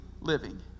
living